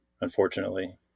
unfortunately